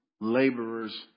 laborers